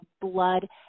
blood